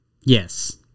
Yes